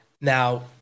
Now